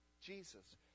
Jesus